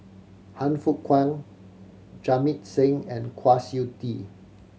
Han Fook Kwang Jamit Singh and Kwa Siew Tee